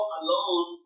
alone